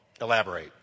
elaborate